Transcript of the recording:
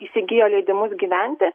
įsigijo leidimus gyventi